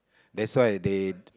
that's why they